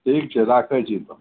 ठीक छै राखै छी तब